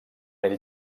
ell